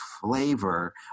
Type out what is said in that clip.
flavor